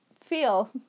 feel